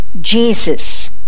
Jesus